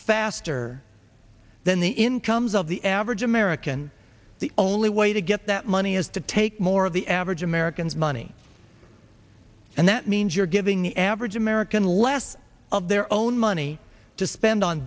faster than the incomes of the average american the only way to get that money is to take more of the average americans money and that means you're giving the average american less of their own money to spend on